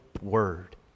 word